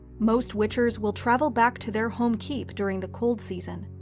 most witchers will travel back to their home keep during the cold season,